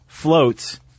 floats